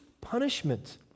punishment